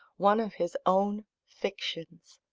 one of his own fictions.